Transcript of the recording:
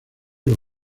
los